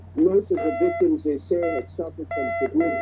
most of the victims they say that suffered from